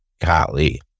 Golly